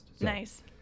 Nice